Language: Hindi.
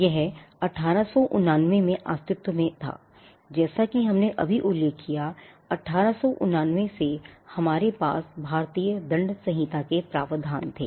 यह 1889 में अस्तित्व में था जैसा कि हमने अभी उल्लेख किया है1889 से हमारे पास भारतीय दंड संहिता के प्रावधान थे